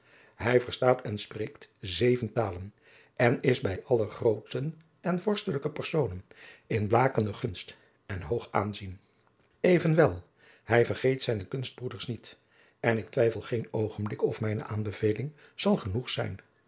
hij verstaat en spreekt zeven talen en is bij alle grooten en vorstelijke personen in blakende gunst en hoog aanzien evenwel hij vergeet zijne kunstbroeders niet en ik twijfel geen oogenblik of mijne aanbeveling zal genoeg zijn